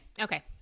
Okay